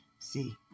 see